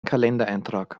kalendereintrag